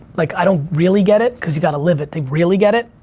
like, i don't really get it cause you gotta live it to really get it,